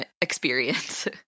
experience